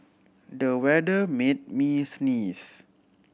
the weather made me sneeze